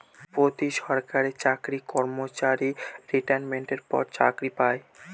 প্রতি সরকারি চাকরি কর্মচারী রিটাইরমেন্টের পর পেনসন পায়